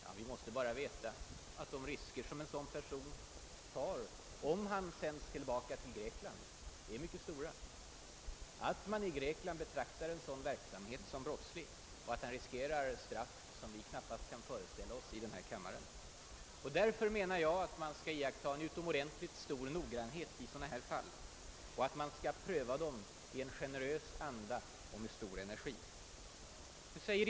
Men vi måste veta, att de risker som en sådan person utsätts för om han sänds tillbaka, är mycket stora, att man i Grekland betraktar en sådan verksamhet som brottslig och att han riskerar straff, som vi i denna kammare knappast kan föreställa oss. Därför menar jag, att man skall iaktta en utomordentligt stor noggrannhet i sådana här fall och att man skall pröva dem med stor energi och i generös anda.